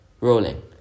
Rolling